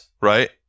right